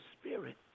spirit